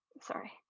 sorry